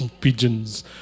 pigeons